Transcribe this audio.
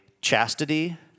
chastity